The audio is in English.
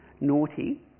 naughty